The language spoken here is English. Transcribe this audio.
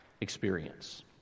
experience